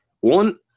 one